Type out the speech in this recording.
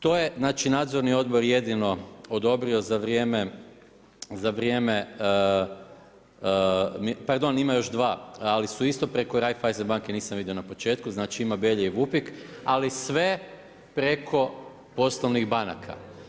To je znači nadzorni odbor jedino odobrio za vrijeme, pardon ima još dva, ali su isto preko Raiffeisen banke, nisam vidio na početku, znači ima Belje i Vupik ali sve preko poslovnih banaka.